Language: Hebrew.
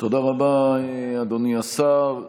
תודה רבה, אדוני השר.